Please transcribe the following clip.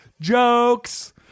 jokes